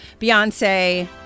Beyonce